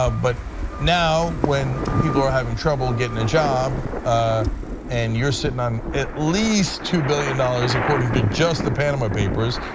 ah but now when people are having trouble getting a job ah and you're sitting on at least two billion dollars according to just the panama papers,